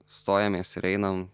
stojamės ir einam